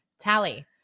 tally